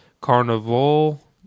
Carnival